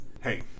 hey